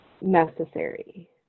necessary